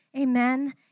amen